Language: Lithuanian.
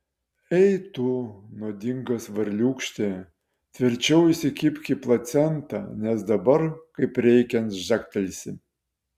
ei tu nuodingas varliūkšti tvirčiau įsikibk į placentą nes dabar kaip reikiant žagtelėsi